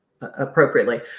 appropriately